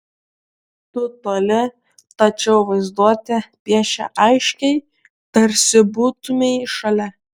tu toli tačiau vaizduotė piešia aiškiai tarsi būtumei šalia